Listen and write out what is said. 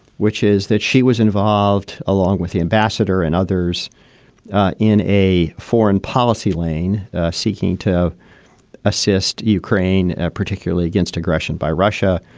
which is that she was involved, along with the ambassador and others in a foreign policy lane seeking to assist ukraine, particularly against aggression by russia,